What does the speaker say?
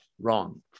Wrong